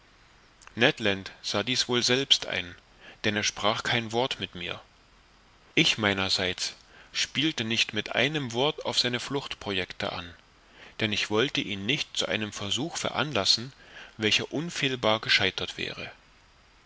sah dies wohl selbst ein denn er sprach kein wort mit mir ich meinerseits spielte nicht mit einem wort auf seine fluchtprojecte an denn ich wollte ihn nicht zu einem versuch verlassen welcher unfehlbar gescheitert wäre